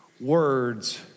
words